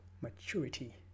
maturity